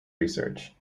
research